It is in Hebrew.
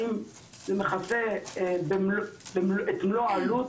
האם זה מכסה את מלוא העלות,